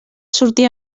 sortir